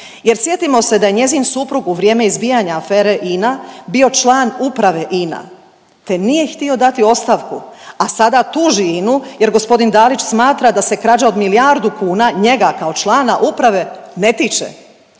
Jer, sjetimo se da je njezin suprug u vrijeme izbijanja afere INA bio član Uprave INA te nije htio dati ostavku, a sada tuži INA-u jer g. Dalić smatra da se krađa od milijardu kuna, njega, kao člana Uprave ne tiče.